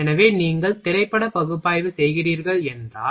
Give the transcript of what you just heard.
எனவே நீங்கள் திரைப்பட பகுப்பாய்வு செய்கிறீர்கள் என்றால்